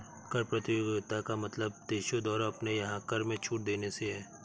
कर प्रतियोगिता का मतलब देशों द्वारा अपने यहाँ कर में छूट देने से है